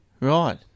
Right